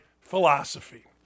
philosophy